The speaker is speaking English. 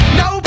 no